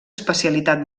especialitat